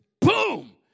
boom